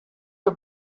for